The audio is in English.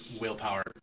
willpower